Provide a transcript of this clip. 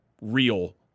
real